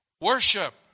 worship